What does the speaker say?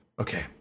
Okay